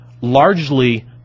largely